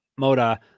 Moda